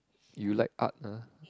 you like art ah